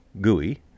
gooey